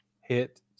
hit